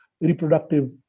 reproductive